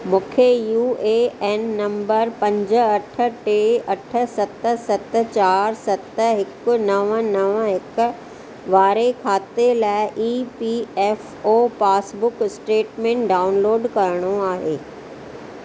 मूंखे U A N number पंज अठ टे अठ सत सत चार सत हिकु नव नव हिकु वारे खाते लाइ E P F O passbook statement download करिणो आहे